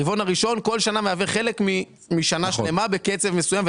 הרבעון הראשון כל שנה מהווה משנה שלמה בקצב מסוים,